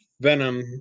Venom